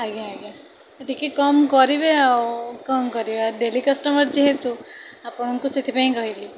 ଆଜ୍ଞା ଆଜ୍ଞା ଟିକିଏ କମ୍ କରିବେ ଆଉ କ'ଣ କରିବା ଡେଲି କଷ୍ଟମର୍ ଯେହେତୁ ଆପଣଙ୍କୁ ସେଥିପାଇଁ କହିଲି